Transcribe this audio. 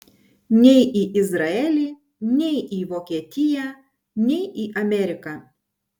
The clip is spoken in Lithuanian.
nei į izraelį nei į vokietiją nei į ameriką